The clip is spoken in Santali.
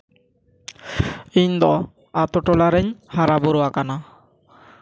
ᱤᱧ ᱫᱚ ᱟᱛᱳ ᱴᱚᱞᱟ ᱨᱤᱧ ᱦᱟᱨᱟᱵᱩᱨᱩ ᱟᱠᱟᱱᱟ